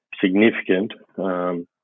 significant